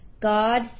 God